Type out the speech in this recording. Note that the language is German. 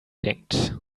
denkt